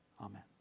Amen